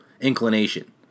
inclination